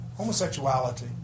Homosexuality